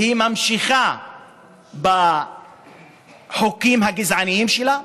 ממשיכה בחוקים הגזעניים שלה,